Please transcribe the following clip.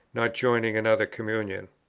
not joining another communion?